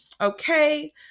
okay